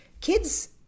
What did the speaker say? kids